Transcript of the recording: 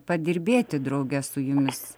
padirbėti drauge su jumis